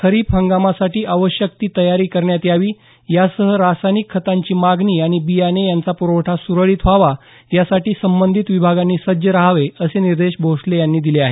खरीप हंगामासाठी आवश्यक ती तयारी करण्यात यावी यासह रासायनिक खतांची मागणी आणि बियाणे यांचा प्रवठा सुरळीत व्हावा यासाठी संबंधित विभागांनी सज्ज राहावे असे निर्देश भोसले यांनी दिले आहेत